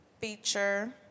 feature